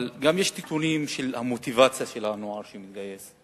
אבל יש גם נתונים על המוטיבציה של הנוער שמתגייס,